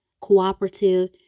cooperative